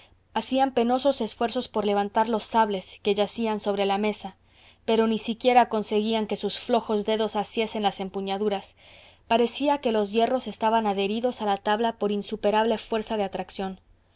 hacían penosos esfuerzos por levantar los sables que yacían sobre la mesa pero ni siquiera conseguían que sus flojos dedos asiesen las empuñaduras parecía que los hierros estaban adheridos a la tabla por insuperable fuerza de atracción